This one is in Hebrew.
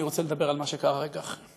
אני רוצה לדבר על מה שקרה רגע אחרי.